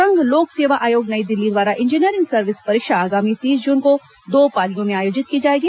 संघ लोक सेवा आयोग नई दिल्ली द्वारा इंजीनियरिंग सर्विस परीक्षा आगामी तीस जून को दो पालियों में आयोजित की जाएगी